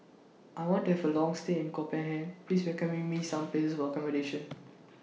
I want to Have A Long stay in Copenhagen Please recommend Me Some Places For accommodation